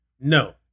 No